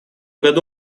году